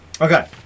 okay